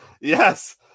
Yes